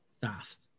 fast